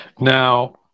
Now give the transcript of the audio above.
Now